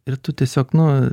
ir tu tiesiog nu